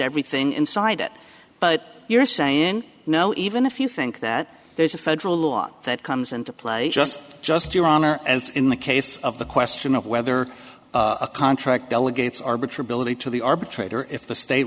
everything inside it but you're saying no even if you think that there's a federal law that comes into play just just your honor as in the case of the question of whether a contract delegates arbiter ability to the arbitrator if the sta